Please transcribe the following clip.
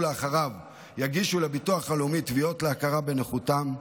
לאחריו יגישו לביטוח הלאומי תביעות להכרה בנכותם,